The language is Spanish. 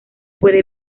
puede